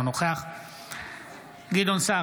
אינו נוכח גדעון סער,